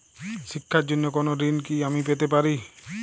শিক্ষার জন্য কোনো ঋণ কি আমি পেতে পারি?